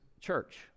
church